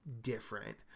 different